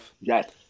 Yes